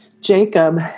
Jacob